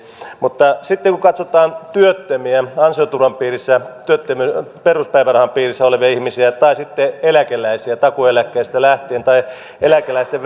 mutta sitten kun katsotaan työttömiä ansioturvan piirissä peruspäivärahan piirissä olevia ihmisiä tai sitten eläkeläisiä takuueläkkeestä lähtien tai eläkeläisten